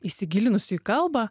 įsigilinusiu į kalbą